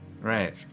Right